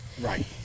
Right